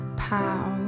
power